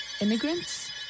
immigrants